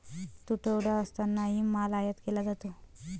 तुटवडा असतानाही माल आयात केला जातो